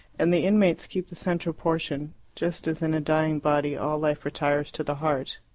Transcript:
and the inmates keep the central portion, just as in a dying body all life retires to the heart.